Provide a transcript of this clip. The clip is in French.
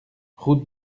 route